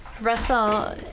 Russell